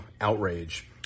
outrage